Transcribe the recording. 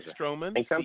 Stroman